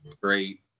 great